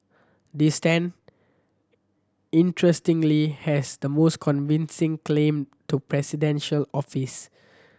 this Tan interestingly has the most convincing claim to presidential office